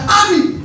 army